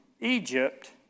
Egypt